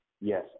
Yes